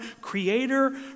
creator